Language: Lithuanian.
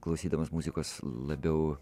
klausydamas muzikos labiau